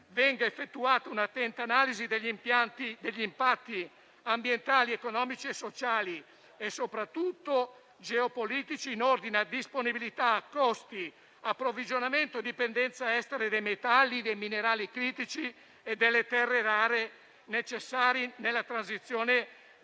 venga effettuata un'attenta analisi degli impatti ambientali, economici, sociali e - soprattutto - geopolitici, in ordine a disponibilità, costi, approvvigionamento e dipendenza estera dei metalli, dei minerali critici e delle terre rare, necessari nella transizione basata